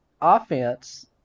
offense